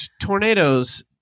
tornadoes